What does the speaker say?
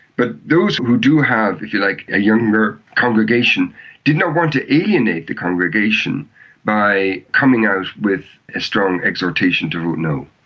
but those who do have, if you like, a younger congregation did not want to alienate the congregation by coming out with a strong exhortation to vote no.